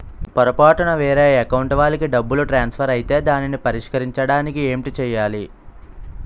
పొరపాటున వేరే అకౌంట్ వాలికి డబ్బు ట్రాన్సఫర్ ఐతే దానిని పరిష్కరించడానికి ఏంటి చేయాలి?